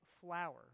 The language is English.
flower